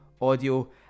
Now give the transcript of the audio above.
audio